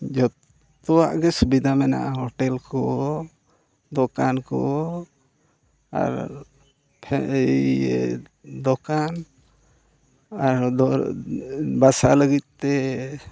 ᱡᱚᱛᱚᱣᱟᱜ ᱜᱮ ᱥᱩᱵᱤᱫᱷᱟ ᱢᱮᱱᱟᱜᱼᱟ ᱦᱳᱴᱮᱹᱞ ᱠᱚ ᱫᱚᱠᱟᱱ ᱠᱚ ᱟᱨ ᱫᱚᱠᱟᱱ ᱟᱨ ᱵᱟᱥᱟ ᱞᱟᱹᱜᱤᱫ ᱛᱮ